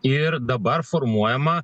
ir dabar formuojama